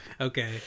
Okay